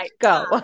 go